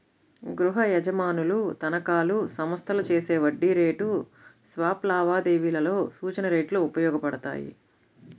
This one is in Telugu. గృహయజమానుల తనఖాలు, సంస్థలు చేసే వడ్డీ రేటు స్వాప్ లావాదేవీలలో సూచన రేట్లు ఉపయోగపడతాయి